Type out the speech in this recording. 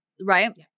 right